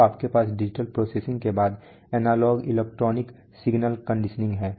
तो आपके पास डिजिटल प्रोसेसिंग के बाद एनालॉग इलेक्ट्रॉनिक सिग्नल कंडीशनिंग है